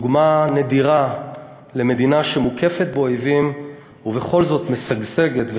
דוגמה נדירה למדינה שמוקפת באויבים ובכל זאת משגשגת,